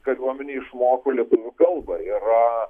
kariuomenėj išmoko lietuvių kalbą yra